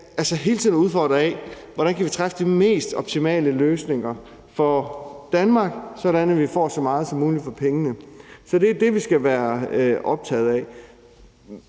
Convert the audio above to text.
se det som en udfordring, hvordan vi kan lave de mest optimale løsninger for Danmark, sådan at vi får så meget som muligt for pengene. Det er det, vi skal være optaget af.